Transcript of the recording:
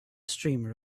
streamer